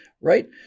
right